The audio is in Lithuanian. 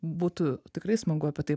būtų tikrai smagu apie tai